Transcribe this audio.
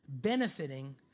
benefiting